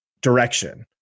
direction